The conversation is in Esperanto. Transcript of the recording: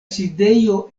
sidejo